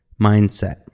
mindset